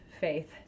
faith